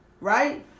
Right